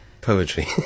poetry